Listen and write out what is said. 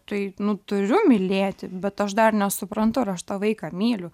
tai nu turiu mylėti bet aš dar nesuprantu ar aš tą vaiką myliu